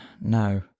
No